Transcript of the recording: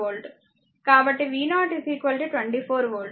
కాబట్టి v0 24 volt